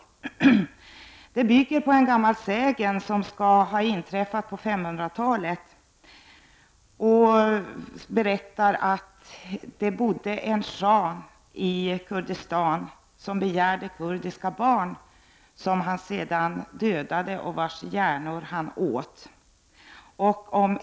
Firandet bygger på en gammal sägen om en händelse som skall ha inträffat på 500-talet. En schah som härskade i Kurdistan sägs ha begärt kurdiska barn, som han dödade och vars hjärnor han sedan åt.